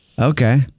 Okay